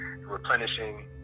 replenishing